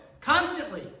constantly